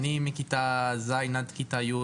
מכיתה ז' עד כיתה י'